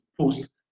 post